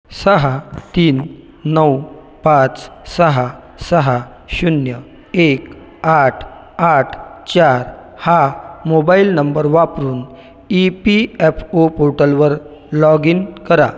सहा तीन नऊ पाच सहा सहा शून्य एक आठ आठ चार हा मोबाइल नंबर वापरून ई पी एफ ओ पोर्टलवर लॉग इन करा